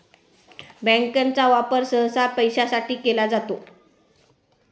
बँकांचा वापर सहसा पैशासाठी केला जातो